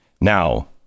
Now